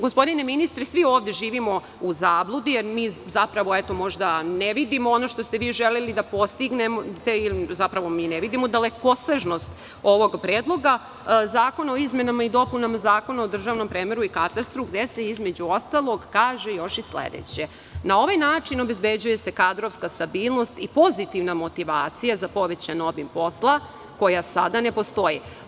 Gospodine ministre, možda svi ovde živimo u zabludi, jer mi, zapravo, možda ne vidimo ono što ste vi želeli da postignete ili zapravo mi ne vidimo dalekosežnost ovog predloga zakona o izmenama i dopunama Zakona o državnom premeru i katastru, gde se, između ostalog, kaže još i sledeće – na ovaj način obezbeđuje se kadrovska stabilnost i pozitivna motivacija za povećan obim posla, koja sada ne postoji.